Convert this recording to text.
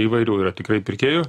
įvairių yra tikrai pirkėjų